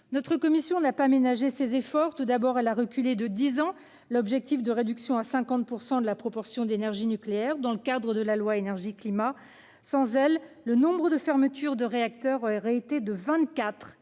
notre commission n'a pas ménagé ses efforts. Tout d'abord, elle a reculé de dix ans l'objectif de réduction à 50 % de la proportion d'énergie nucléaire dans le cadre de la loi Énergie-climat. Sans cela, le nombre de fermetures de réacteurs aurait atteint